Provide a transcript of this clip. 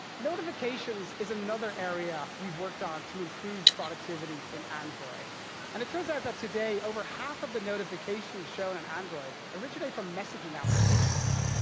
notifications is another area we've worked on to improve productivity in android and it turns out that today over half of the notifications shown in and android originate from messaging applications.